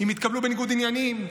אם התקבלו בניגוד עניינים,